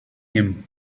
him